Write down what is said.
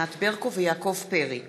ענת ברקו ויעקב פרי בנושא: